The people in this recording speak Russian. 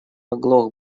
оглох